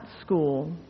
school